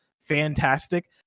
fantastic